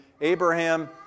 Abraham